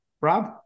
Rob